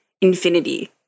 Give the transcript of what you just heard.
infinity